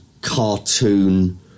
cartoon